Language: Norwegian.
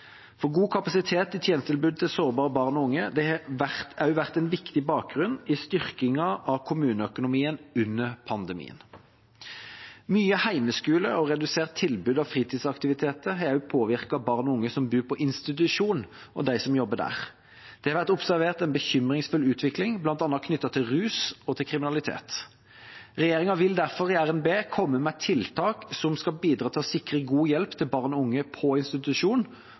for god kapasitet i tjenestetilbudet til sårbare barn og unge har også vært en viktig bakgrunn i styrkingen av kommuneøkonomien under pandemien. Mye hjemmeskole og redusert tilbud av fritidsaktiviteter har også påvirket barn og unge som bor på institusjon, og dem som jobber der. Det har vært observert en bekymringsfull utvikling, bl.a. knyttet til rus og til kriminalitet. Regjeringa vil derfor i RNB komme med tiltak som skal bidra til å sikre god hjelp til barn og unge på institusjon,